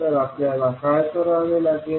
तर आपल्याला काय करावे लागेल